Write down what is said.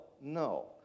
no